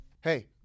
Hey